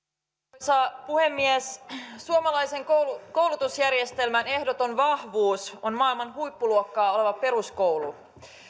arvoisa puhemies suomalaisen koulutusjärjestelmän ehdoton vahvuus on maailman huippuluokkaa oleva peruskoulu